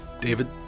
david